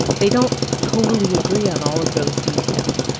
they don't totally agree on all of those details.